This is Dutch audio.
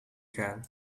gaan